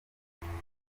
michael